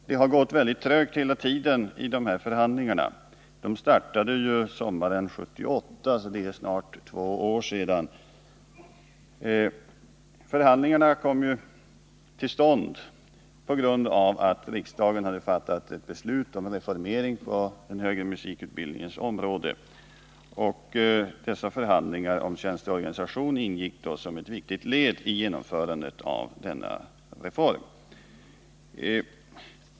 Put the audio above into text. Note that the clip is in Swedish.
Det har hela tiden gått väldigt trögt i förhandlingarna — de startade ju på sommaren 1978, för snart två år sedan. Förhandlingarna kom till stånd på grund av att riksdagen hade fattat ett beslut om reformering på den högre musikutbildningens område, och dessa förhandlingar om tjänsteorganisation ingick då som ett viktigt led i genomförandet av denna reform.